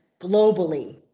globally